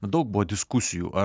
daug buvo diskusijų ar